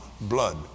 blood